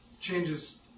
changes